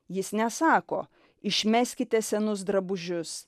jis nesako išmeskite senus drabužius